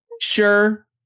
Sure